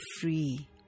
free